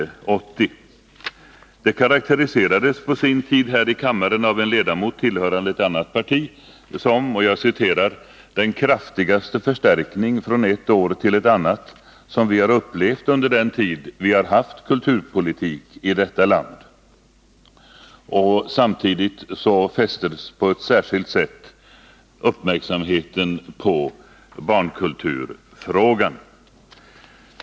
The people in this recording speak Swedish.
Detta karakteriserades på sin tid här i kammaren av en ledamot tillhörande ett annat parti som ”den kraftigaste förstärkning från ett år till ett annat som vi har upplevt under den tid vi haft kulturpolitik i detta land”. Samtidigt fästes på ett särskilt sätt uppmärksamheten på barnkulturfrågan.